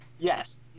Yes